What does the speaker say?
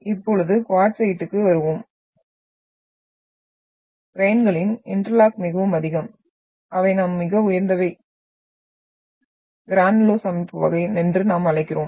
இப்பொழுது குவார்ட்சைட்டுக்கு வருவோம் கிரெயின்களின் இன்டர்லாக் மிகவும் அதிகம் அவை நாம் மிக உயர்ந்தவை கிரானுலோஸ் அமைப்பு வகை என்று நாம் அழைக்கிறோம்